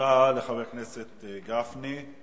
תודה לחבר הכנסת גפני.